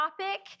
topic